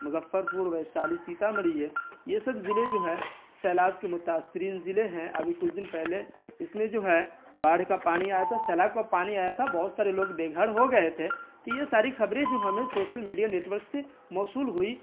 مظفر پور ویشالی سیتامڑھی ہے یہ سب ضلعے جو ہے سیلاب کے متاثرین ضلعے ہیں ابھی کچھ دن پہلے اس میں جو ہے باڑھ کا پانی آیا تھا سیلاب کا پانی آیا تھا بہت سارے لوگ بے گھر ہو گئے تھے تو یہ ساری خبریں جو ہمیں سوسل میڈیا نیٹ ورک سے موصول ہوئی